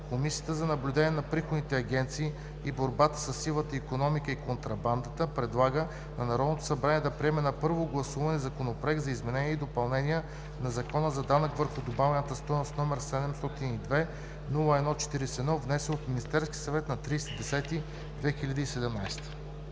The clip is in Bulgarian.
Комисията за наблюдение на приходните агенции и борба със сивата икономика и контрабандата предлага на Народното събрание да приеме на първо гласуване Законопроект за изменение и допълнение на Закона за данъка върху добавената стойност, № 702-01-41, внесен от Министерския съвет на 30